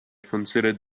considered